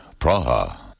Praha